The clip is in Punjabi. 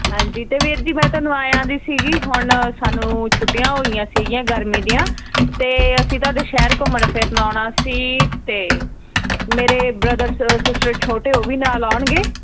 ਹਾਂਜੀ ਅਤੇ ਵੀਰ ਜੀ ਮੈਂ ਤੁਹਾਨੂੰ ਆਇਆ ਦੀ ਸੀਗੀ ਹੁਣ ਸਾਨੂੰ ਛੁੱਟੀਆਂ ਹੋਈਆਂ ਸੀਗੀਆਂ ਗਰਮੀ ਦੀਆਂ ਅਤੇ ਅਸੀਂ ਤੁਹਾਡੇ ਸ਼ਹਿਰ ਘੁੰਮਣ ਫਿਰਨ ਆਉਣਾ ਸੀ ਅਤੇ ਮੇਰੇ ਬ੍ਰਦਰ ਸ ਸਿਸਟਰ ਛੋਟੇ ਉਹ ਵੀ ਨਾਲ ਆਉਂਣਗੇ